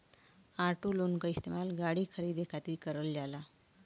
auto loan क इस्तेमाल गाड़ी खरीदे खातिर करल जाला